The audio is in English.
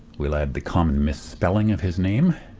we'll add the common misspelling of his name,